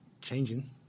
changing